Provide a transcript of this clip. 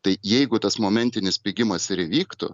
tai jeigu tas momentinis pigimas ir įvyktų